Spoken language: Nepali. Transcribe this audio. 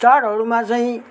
चाडहरूमा चाहिँ